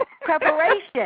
Preparation